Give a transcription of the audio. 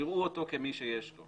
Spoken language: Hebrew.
יראו אותו כמי שיש לו.